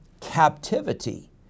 captivity